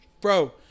bro